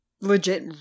legit